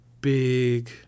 big